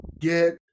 get